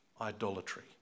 idolatry